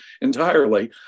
entirely